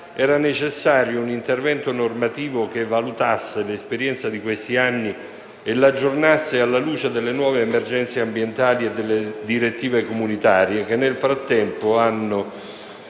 era necessario un intervento normativo che valutasse l'esperienza di questi anni e l'aggiornasse alla luce delle nuove emergenze ambientali e delle direttive comunitarie, che nel frattempo hanno